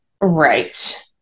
Right